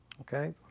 Okay